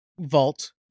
vault